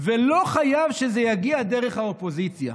ולא חייב שזה יגיע דרך האופוזיציה.